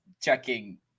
checking